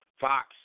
Fox